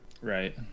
Right